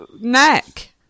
neck